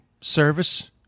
service